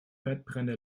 fettbrände